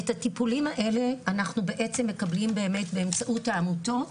את הטיפולים האלה אנחנו בעצם באמת מקבלים באמצעות העמותות,